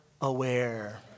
aware